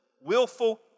willful